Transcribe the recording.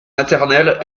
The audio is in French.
maternelle